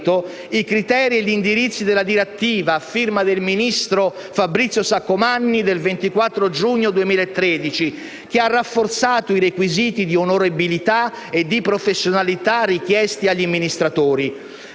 i criteri e gli indirizzi della direttiva a firma del ministro Fabrizio Saccomanni del 24 giugno 2013, che ha rafforzato i requisiti di onorabilità e di professionalità richiesti agli amministratori.